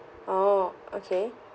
oh okay